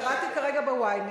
כי קראתי כרגע ב-Ynet,